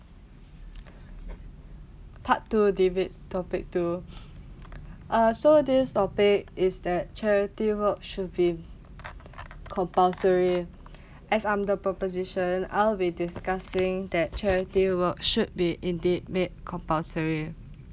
part two debate topic two uh so this topic is that charity work should be compulsory as I'm the proposition I'll be discussing that charity work should be indeed made compulsory